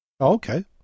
okay